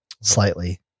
slightly